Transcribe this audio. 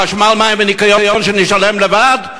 חשמל, מים וניקיון, שנשלם לבד?